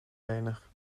lenig